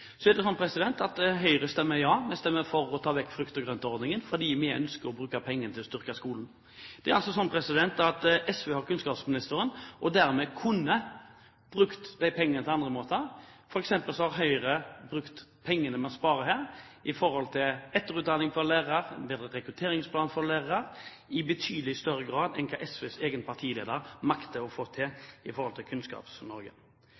Høyre stemmer for å ta vekk frukt- og grøntordningen fordi vi ønsker å bruke pengene til å styrke skolen. SV har kunnskapsministeren og kunne dermed ha brukt de pengene på andre måter. Høyre har f.eks. brukt pengene man sparer her, til etterutdanning for lærere og bedre rekrutteringsplan for lærere i betydelig større grad enn hva SVs egen partileder makter å få